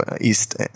East